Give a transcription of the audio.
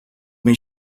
that